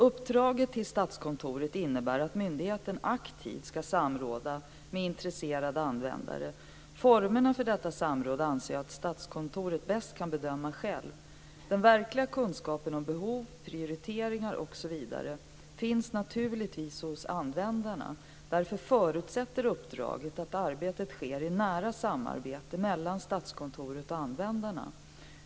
Uppdraget till Statskontoret innebär att myndigheten aktivt ska samråda med intresserade användare. Formerna för detta samråd anser jag att Statskontoret bäst kan bedöma självt. Den verkliga kunskapen om behov, prioriteringar osv. finns naturligtvis hos användarna. Därför förutsätter uppdraget att arbetet sker i nära samarbete mellan Statskontoret och användarna.